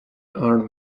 armed